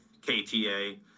KTA